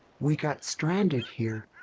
we got stranded here.